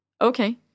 Okay